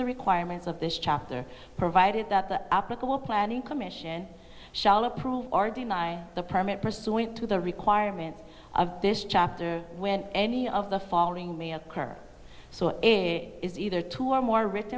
the requirements of this chapter provided that the applicable planning commission shall approve or deny the permit pursuing to the requirements of this chapter when any of the following me occur so a is either two or more